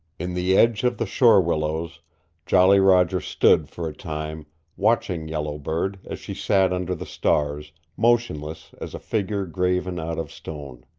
in the edge of the shore-willows jolly roger stood for a time watching yellow bird as she sat under the stars, motionless as a figure graven out of stone.